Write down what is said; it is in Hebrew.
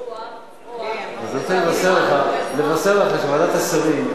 איזה אמירה, אדוני השר.